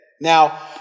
Now